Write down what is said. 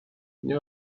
nie